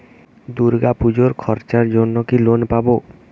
দূর্গাপুজোর খরচার জন্য কি লোন পাব?